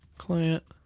client,